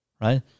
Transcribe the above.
Right